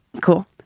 Cool